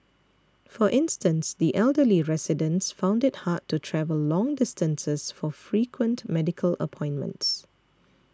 for instance the elderly residents found it hard to travel long distances for frequent medical appointments